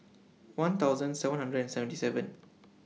one thousand seven hundred and seventy seven